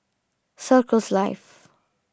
Circles Life